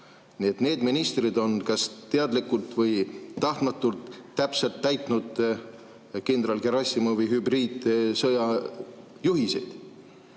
need ministrid on kas teadlikult või tahtmatult täpselt täitnud kindral Gerassimovi hübriidsõjajuhiseid.